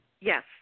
Yes